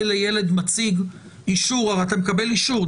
לילד מציג אישור הרי אתה מקבל אישור,